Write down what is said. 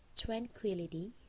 tranquility